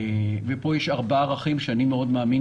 פה יש ארבעה ערכים שאני מאוד מאמין